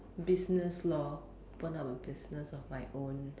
business lor open up a business of my own